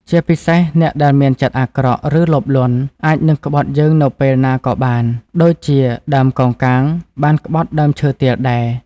ជាពិសេស អ្នកដែលមានចិត្តអាក្រក់ ឬលោភលន់ អាចនឹងក្បត់យើងនៅពេលណាក៏បាន ដូចជាដើមកោងកាងបានក្បត់ដើមឈើទាលដែរ។